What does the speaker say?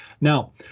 Now